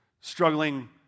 struggling